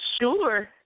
Sure